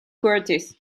curtis